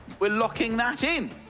we're locking that in.